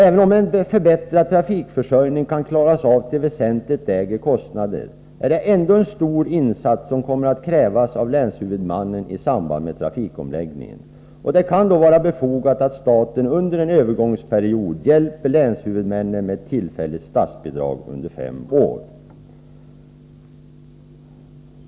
Även om en förbättrad trafikförsörjning kan åstadkommas till väsentligt lägre kostnader kommer ändå en stor insats att krävas av länshuvudmännen i samband med trafikomläggningen. Det kan då vara befogat att staten under en övergångsperiod hjälper länshuvudmännen med tillfälligt statsbidrag under fem år.